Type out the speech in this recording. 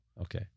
Okay